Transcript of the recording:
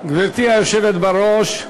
גברתי היושבת בראש,